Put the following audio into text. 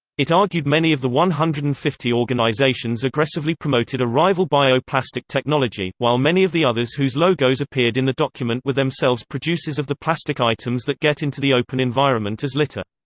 it argued many of the one hundred and fifty organisations aggressively promoted a rival bio-plastic technology, while many of the others whose logos appeared in the document were themselves producers of the plastic items that get into the open environment as litter.